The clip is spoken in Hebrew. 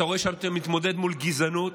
אתה רואה שאתה מתמודד מול גזענות,